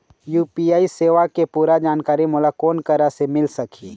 UPI सेवा के पूरा जानकारी मोला कोन करा से मिल सकही?